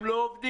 הם לא עובדים.